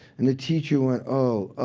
and the teacher went, oh,